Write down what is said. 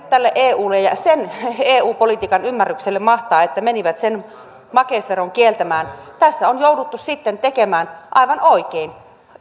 tälle eulle ja eu politiikan ymmärrykselle mahtaa että menivät sen makeisveron kieltämään tässä on jouduttu sitten aivan oikein